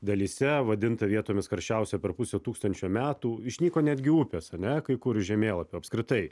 dalyse vadinta vietomis karščiausia per pusę tūkstančio metų išnyko netgi upės ane kai kur iš žemėlapio apskritai